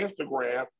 Instagram